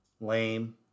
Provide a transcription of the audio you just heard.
lame